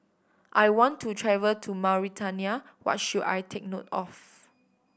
I want to travel to Mauritania what should I take note of